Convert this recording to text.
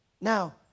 Now